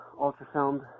ultrasound